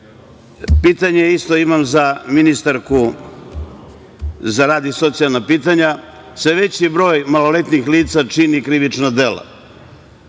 imam i za ministarku za rad i socijalna pitanja. Sve veći broj maloletnih lica čini krivična dela.